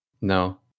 No